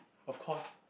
of course